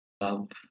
love